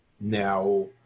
Now